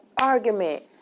argument